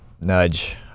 nudge